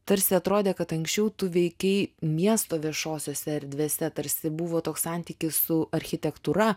tarsi atrodė kad anksčiau tu veikei miesto viešosiose erdvėse tarsi buvo toks santykis su architektūra